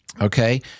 Okay